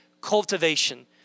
cultivation